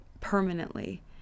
permanently